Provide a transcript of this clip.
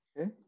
Okay